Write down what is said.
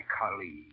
colleague